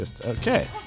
Okay